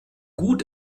gut